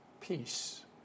peace